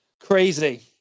crazy